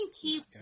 keep